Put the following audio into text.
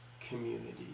community